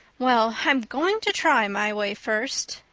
well, i'm going to try my way first,